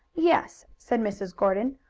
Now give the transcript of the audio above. yes, said mrs. gordon.